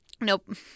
Nope